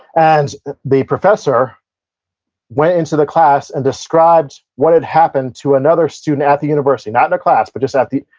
and the professor went into the class and described what had happened to another student at the university. not in their class, but just at the,